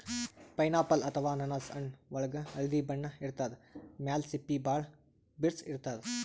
pineapple ಅಥವಾ ಅನಾನಸ್ ಹಣ್ಣ್ ಒಳ್ಗ್ ಹಳ್ದಿ ಬಣ್ಣ ಇರ್ತದ್ ಮ್ಯಾಲ್ ಸಿಪ್ಪಿ ಭಾಳ್ ಬಿರ್ಸ್ ಇರ್ತದ್